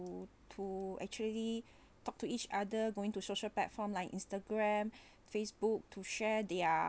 to to actually talk to each other going to social platform like Instagram facebook to share their